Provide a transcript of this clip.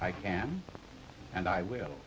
i can and i will